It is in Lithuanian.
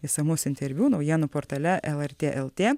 išsamus interviu naujienų portale lrt lt